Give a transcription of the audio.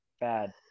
Bad